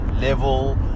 level